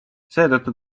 seetõttu